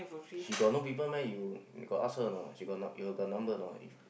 she got no people meh you got ask her or not she got you got number or not if